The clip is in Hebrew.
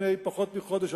לפני פחות מחודש,